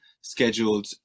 scheduled